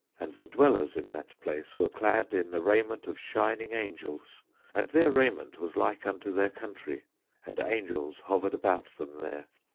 and the dwellers in that place were clad in the raiment of shining angels and their raiment was like unto their country and angels hovered about them there.